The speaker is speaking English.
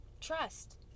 trust